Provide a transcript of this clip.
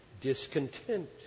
discontent